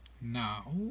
Now